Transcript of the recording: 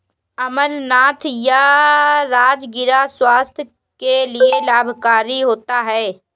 अमरनाथ या राजगिरा स्वास्थ्य के लिए लाभकारी होता है